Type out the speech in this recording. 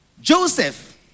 Joseph